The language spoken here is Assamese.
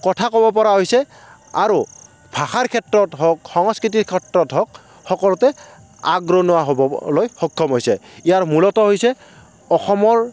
কথা ক'ব পৰা হৈছে আৰু ভাষাৰ ক্ষেত্ৰত হওক সংস্কৃতিৰ ক্ষেত্ৰত হওক সকলোতে আগৰণুৱা হ'বলৈ সক্ষম হৈছে ইয়াৰ মূলত হৈছে অসমৰ